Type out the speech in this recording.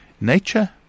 Nature